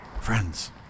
friends